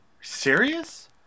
Serious